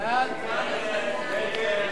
להסיר מסדר-היום